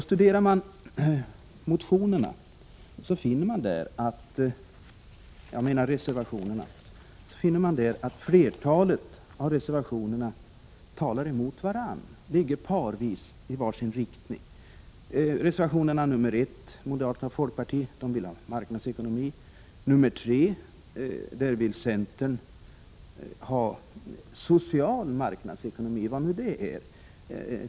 Studerar man'reservationerna finner man att flertalet av dem talar emot varandra. De går parvis i var sin riktning. Reservation nr 1 av moderater och folkpartister vill ha marknadsekonomi. I nr 3 vill centern ha social marknadsekonomi, vad nu det är.